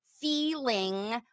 feeling